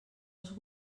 els